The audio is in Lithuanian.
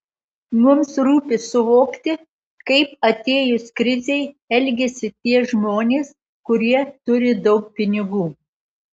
mums rūpi suvokti kaip atėjus krizei elgiasi tie žmonės kurie turi daug pinigų